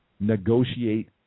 Negotiate